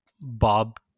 Bob